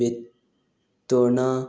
बेत्तोणां